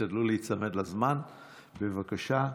תשתדלו להיצמד לזמן, בבקשה.